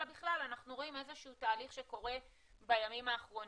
אלא בכלל אנחנו רואים איזה שהוא תהליך שקורה בימים האחרונים.